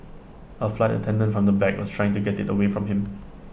A flight attendant from the back was trying to get IT away from him